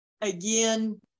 again